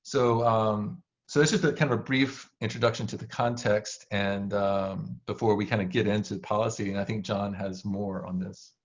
so um so this is kind of a brief introduction to the context and before we kind of get into the policy, and i think john has more on this.